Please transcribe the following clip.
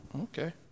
okay